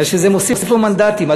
שזה מוסיף לו מנדטים.